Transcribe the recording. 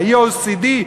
ב-OECD,